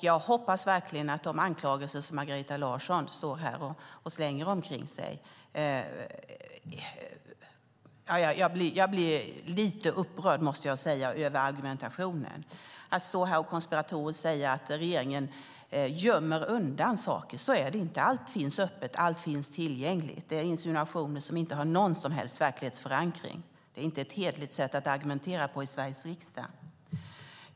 Jag blir lite upprörd över de anklagelser som Margareta Larsson står här och slänger omkring sig och över argumentationen. Du står här och säger konspiratoriskt att regeringen gömmer undan saker. Så är det faktiskt inte. Allt finns öppet och tillgängligt. Insinuationerna har inte någon som helst verklighetsförankring. Det är inte ett hederligt sätt att argumentera på i Sveriges riksdag.